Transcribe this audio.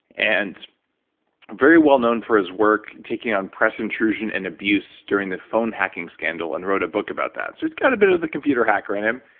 and very well known for his work taking on press intrusion and abuse during the phone hacking scandal, and wrote a book about that. so he's got a bit of the computer hacker in him.